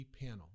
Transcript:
panel